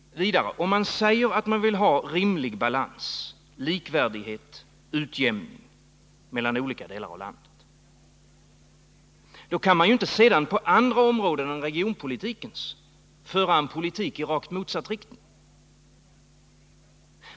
Om man vidare säger att man vill ha rimlig balans, likvärdighet och utjämning mellan olika delar av landet, då kan man inte sedan på andra områden än regionalpolitikens föra en politik i rakt motsatt riktning.